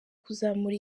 kuzamura